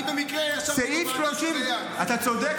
אני במקרה ישבתי בוועדה --- אתה צודק,